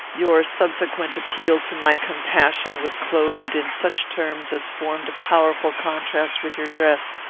your subsequent appeal to my compassion was clothed in such terms as formed a powerful contrast with your dress,